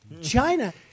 China